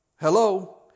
Hello